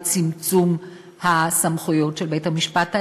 בצמצום הסמכויות של בית-המשפט העליון.